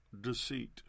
deceit